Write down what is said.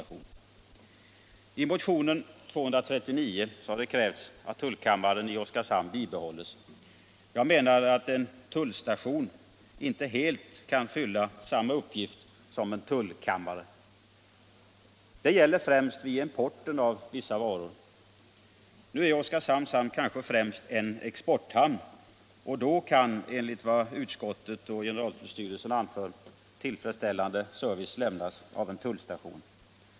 I motionen 239 krävs att tullkammaren i Oskarshamn bibehålls. Jag menar att en tullstation inte helt kan fylla samma uppgift som en tullkammare. Det gäller främst vid importen av vissa varor. Nu är Oskarshamns hamn kanske främst en exporthamn, och då kan, enligt vad utskottet och generaltullstyrelsen anför, tillfredsställande service lämnas av en tullstation.